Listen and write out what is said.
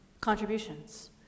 contributions